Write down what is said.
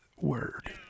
word